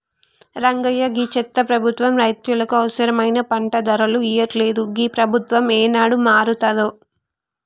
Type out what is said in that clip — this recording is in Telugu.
రంగయ్య గీ చెత్త ప్రభుత్వం రైతులకు అవసరమైన పంట ధరలు ఇయ్యట్లలేదు, ఈ ప్రభుత్వం ఏనాడు మారతాదో